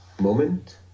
moment